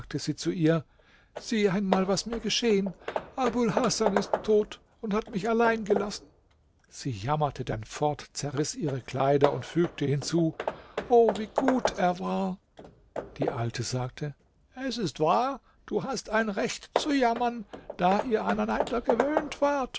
sagte sie zu ihr sieh einmal was mir geschehen abul hasan ist tot und hat mich alleingelassen sie jammerte dann fort zerriß ihre kleider und fügte hinzu o wie gut er war die alte sagte es ist wahr du hast ein recht zu jammern da ihr aneinander gewöhnt wart